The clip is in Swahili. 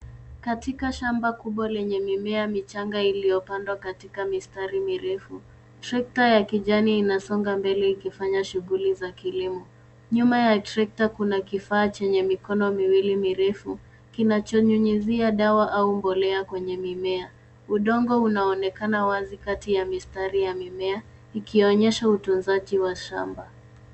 Katika shamba kubwa lenye mimea michanga iliyopandwa katika mistari mirefu. Trekata ya kijani inasonga mbele ikifanya shuguli za kilimo. Nyuma ya trekta kuna kifaa chenye mikono miwili mirefu kinachonyunyizia dawa au mbolea kwenye mimea. Udongo unaonekana wazi kati ya mistari ya mimea ikionyesha utunzaji wa shamba.